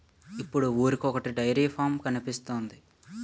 ఇప్పుడు ఊరికొకొటి dairy farm కనిపిస్తోంది